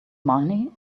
money